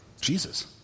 Jesus